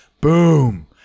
boom